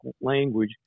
language